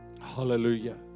Hallelujah